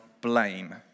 blame